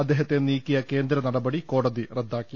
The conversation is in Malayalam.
അദ്ദേഹത്തെ നീക്കിയ കേന്ദ്ര നടപടി കോടതി റദ്ദാ ക്കി